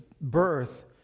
birth